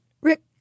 Rick